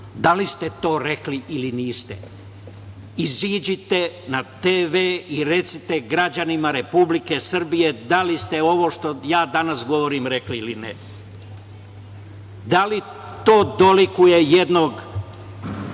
da li ste to rekli ili niste? Izađite na TV i recite građanima Republike Srbije da li ste ovo što ja danas govorim rekli ili ne? Da li to dolikuje jednog